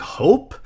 hope